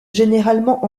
généralement